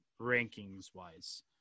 rankings-wise